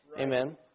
Amen